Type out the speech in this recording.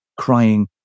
crying